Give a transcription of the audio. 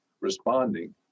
responding